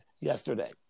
yesterday